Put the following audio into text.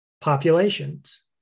populations